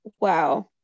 Wow